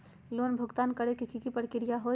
Loan भुगतान करे के की की प्रक्रिया होई?